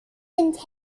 sind